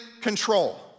control